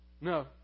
No